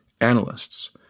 analysts